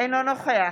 אינו נוכח